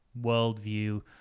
worldview